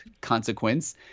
consequence